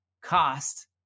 cost